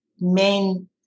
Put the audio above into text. main